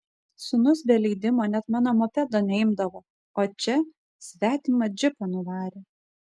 sūnus be leidimo net mano mopedo neimdavo o čia svetimą džipą nuvarė